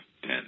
ten